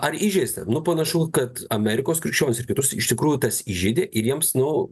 ar įžeista nu panašu kad amerikos krikščionius ir kitus iš tikrųjų tas įžeidė ir jiems nu